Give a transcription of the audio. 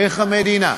איך המדינה,